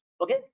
okay